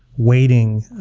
waiting.